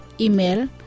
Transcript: Email